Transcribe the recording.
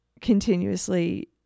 continuously